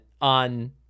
on